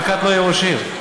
ברקת לא יהיה ראש עיר.